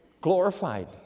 Glorified